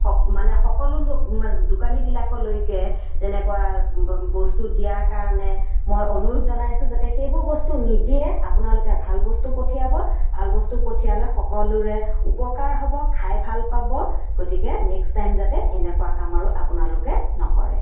সক মানে সকলো লোক মানে দোকানীবিলাকৰলৈকে তেনেকুৱা বস্তু দিয়া কাৰণে মই অনুৰোধ জনাইছোঁ যাতে সেইবোৰ বস্তু নিদিয়ে আপোনালোকে ভাল বস্তু পঠিয়াব ভাল বস্তু পঠিয়ালে সকলোৰে উপকাৰ হ'ব খাই ভাল পাব গতিকে নেক্সট টাইম যাতে এনেকুৱা কাম আৰু আপোনালোকে নকৰে